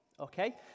Okay